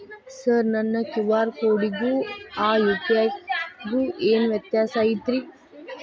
Sir ನನ್ನ QR ಕೊಡಿಗೂ ಆ ಯು.ಪಿ.ಐ ಗೂ ಏನ್ ವ್ಯತ್ಯಾಸ ಐತ್ರಿ?